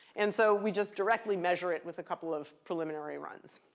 and so we just directly measure it with a couple of preliminary runs.